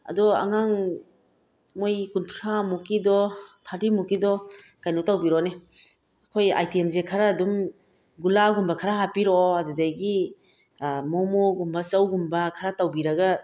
ꯑꯗꯣ ꯑꯉꯥꯡ ꯃꯣꯏ ꯀꯨꯟꯊ꯭ꯔꯥꯃꯨꯛꯀꯤꯗꯣ ꯊꯥꯔꯇꯤ ꯃꯨꯛꯀꯤꯗꯣ ꯀꯩꯅꯣ ꯇꯧꯕꯤꯔꯣꯅꯦ ꯑꯩꯈꯣꯏ ꯑꯥꯏꯇꯦꯝꯁꯦ ꯈꯔ ꯑꯗꯨꯝ ꯒꯨꯂꯥꯒꯨꯝꯕ ꯈꯔ ꯍꯥꯞꯄꯤꯔꯛꯑꯣ ꯑꯗꯨꯗꯒꯤ ꯃꯣꯃꯣꯒꯨꯝꯕ ꯆꯧꯒꯨꯝꯕ ꯈꯔ ꯇꯧꯕꯤꯔꯒ